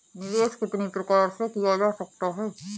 निवेश कितनी प्रकार से किया जा सकता है?